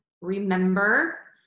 remember